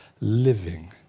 living